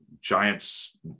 giant's